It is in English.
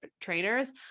trainers